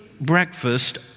breakfast